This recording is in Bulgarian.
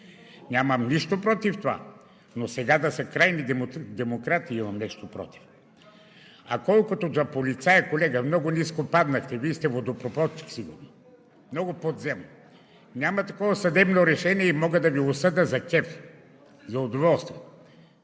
Нямам нищо против това, но сега да са крайни демократи – имам нещо против. А колкото до полицаите, колега, много ниско паднахте, Вие сте водопроводчици, много подземни. Няма такова съдебно решение и мога да Ви осъдя за кеф, за удоволствие.